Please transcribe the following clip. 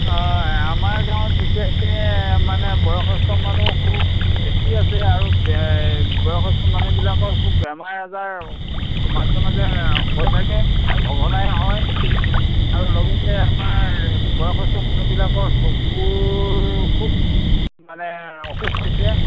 অ আমাৰ গাঁৱত বিশেষকে মানে বয়সস্থ মানুহ খুব বেছি আছে আৰু বয়সস্থ মানুহবিলাকৰ খুব বেমাৰ আজাৰ মাজে মাজে হৈ থাকে সঘনাই হয় আৰু লগতে আমাৰ বয়সস্থ মানুহবিলাকৰ চকুৰ খুব মানে অসুখ হৈছে